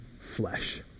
flesh